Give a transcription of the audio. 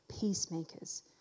peacemakers